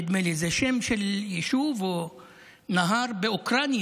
נדמה לי שזה שם של יישוב או נהר באוקראינה.